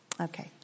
Okay